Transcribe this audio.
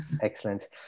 Excellent